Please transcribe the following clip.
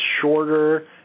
shorter